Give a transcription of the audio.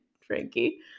Frankie